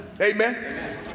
Amen